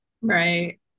Right